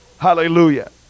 hallelujah